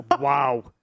Wow